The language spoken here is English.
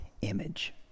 image